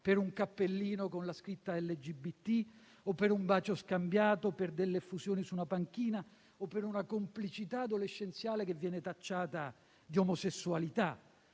per un cappellino con la scritta LGBT, per un bacio scambiato, per delle effusioni su una panchina o per una complicità adolescenziale tacciata di omosessualità: